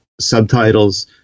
subtitles